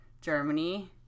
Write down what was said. Germany